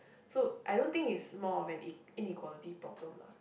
so I don't think is more of an e~ inequality problem lah